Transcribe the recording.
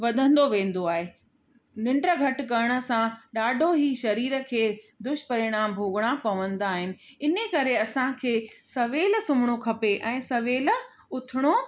वधंदो वेंदो आहे निंड घटि करण सां ॾाढो ई शरीरु खे दुष्परिणाम भोगणा पवंदा आहिनि इन करे असांखे सवेल सुम्हणो खपे ऐं सवेल उथिणो